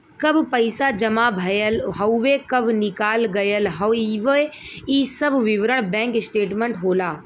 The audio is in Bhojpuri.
कब पैसा जमा भयल हउवे कब निकाल गयल हउवे इ सब विवरण बैंक स्टेटमेंट होला